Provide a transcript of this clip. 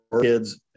kids